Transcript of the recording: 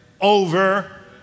over